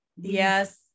yes